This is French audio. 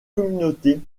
communauté